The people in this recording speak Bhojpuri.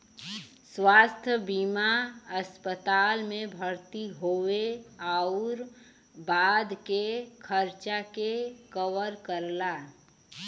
स्वास्थ्य बीमा अस्पताल में भर्ती होये आउर बाद के खर्चा के कवर करला